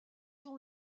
ont